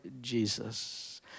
Jesus